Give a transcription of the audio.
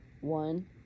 One